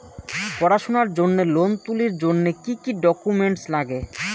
পড়াশুনার জন্যে লোন তুলির জন্যে কি কি ডকুমেন্টস নাগে?